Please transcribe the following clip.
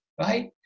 right